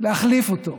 להחליף אותו,